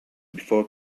before